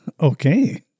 Okay